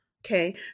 Okay